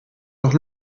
noch